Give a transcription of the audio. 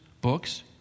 Books